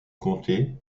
comté